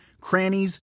crannies